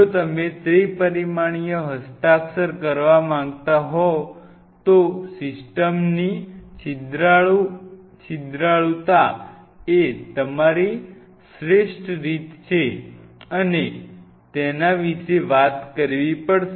જો તમે ત્રિપરિમાણીય હસ્તાક્ષર કરવા માંગતા હોવ તો સિસ્ટમની છિદ્રાળુતા એ તમારી શ્રેષ્ઠ રીત છે અને તેના વિશે વાત કરવી પડશે